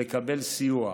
לקבל סיוע.